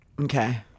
Okay